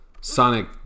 Sonic